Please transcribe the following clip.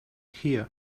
here